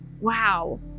wow